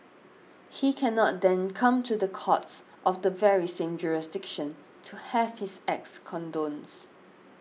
he cannot then come to the courts of the very same jurisdiction to have his acts